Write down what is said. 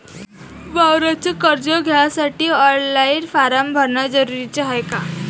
वावराच कर्ज घ्यासाठी ऑनलाईन फारम भरन जरुरीच हाय का?